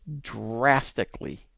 drastically